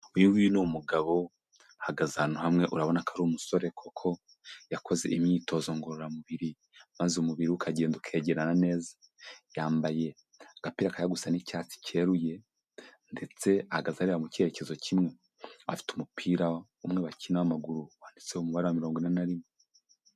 Uyu nguyu ni umugabo, ahagaze ahantu hamwe urabona ko ari umusore koko yakoze imyitozo ngororamubiri maze umubiri we ukagenda ukegerana neza; yambaye agapira kajya gusa n'icyatsi cyeruye ndetse ahagaze areba mu cyerekezo kimwe, afite umupira umwe bakina w'amaguru wanditseho umubare wa mirongo ine na rimwe.